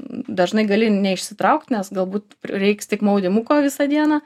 dažnai gali neišsitraukt nes galbūt prireiks tik maudymuko visą dieną